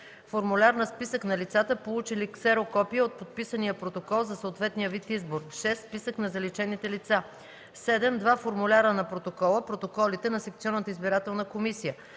формуляр на списък на лицата, получили ксерокопие от подписания протокол за съответния вид избор; 6. списък на заличените лица; 7. два формуляра на протокола (протоколите) на секционната избирателна комисия;